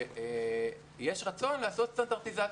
ויש רצון לעשות סטנדרטיזציה,